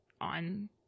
on